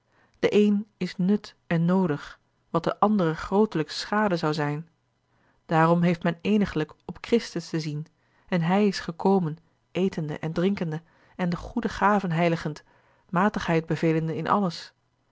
de een is nut en noodig wat den anderen grootelijks schade zou zijn daarom heeft men eeniglijk op christus te zien en hij is gekomen etende en drinkende en de goede gaven heiligend matigheid bevelende in alles